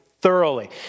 Thoroughly